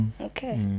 Okay